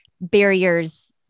barriers